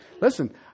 Listen